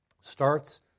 starts